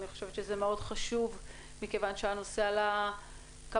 אני חושבת שזה מאוד חשוב כיוון שהנושא עלה כמה